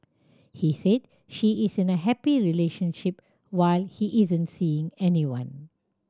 he said she is in a happy relationship while he isn't seeing anyone